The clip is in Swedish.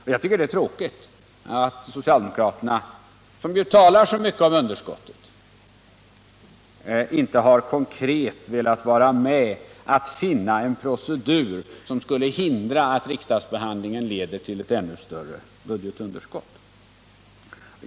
Jag tycker att det är tråkigt att socialdemokraterna, som ju talar så mycket om budgetunderskottet, inte har velat vara med om att finna en procedur som konkret skulle hindra att riksdagsbehandlingen av olika ärenden leder fram till att vi får ett ännu större budgetunderskott.